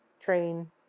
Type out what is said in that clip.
train